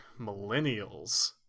millennials